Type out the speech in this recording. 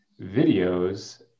videos